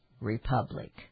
Republic